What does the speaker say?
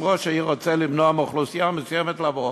אם ראש העיר רוצה למנוע מאוכלוסייה מסוימת לבוא,